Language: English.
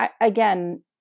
again